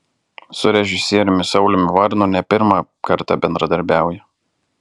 su režisieriumi sauliumi varnu ne pirmą kartą bendradarbiauja